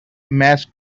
mass